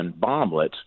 bomblets